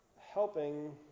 helping